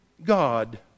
God